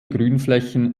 grünflächen